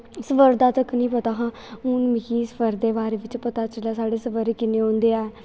स्वर तक निं पता हा हून मिगी स्वर दा पता चलेआ साढ़े स्वर किन्ने होंदे ऐं